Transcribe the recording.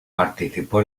participó